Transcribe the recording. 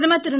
பிரதமர் திரு